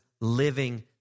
living